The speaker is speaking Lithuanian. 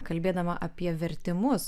kalbėdama apie vertimus